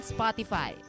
Spotify